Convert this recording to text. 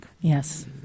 Yes